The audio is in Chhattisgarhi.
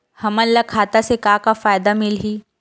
हमन ला खाता से का का फ़ायदा मिलही?